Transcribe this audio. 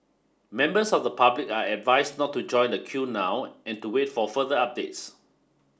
members of the public are advised not to join the queue now and to wait for further updates